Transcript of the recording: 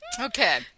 Okay